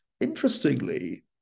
interestingly